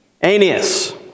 Aeneas